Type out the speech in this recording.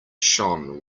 shone